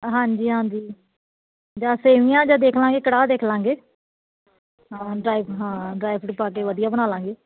ਹਾਂਜੀ ਹਾਂਜੀ ਜਾਂ ਸੇਵੀਆਂ ਜਾ ਦੇਖ ਲਵਾਂਗੇ ਕੜਾਹ ਦੇਖ ਲਵਾਂਗੇ ਹਾਂ ਡਰਾਈ ਹਾਂ ਡਰਾਈ ਫਰੂਟ ਪਾ ਕੇ ਵਧੀਆ ਬਣਾ ਲਵਾਂਗੇ